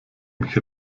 mich